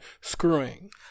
screwing